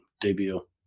debut